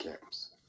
camps